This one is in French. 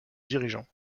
dirigeant